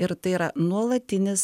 ir tai yra nuolatinis